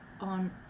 on